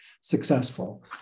successful